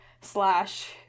slash